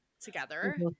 together